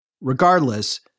Regardless